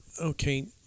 Okay